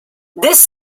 this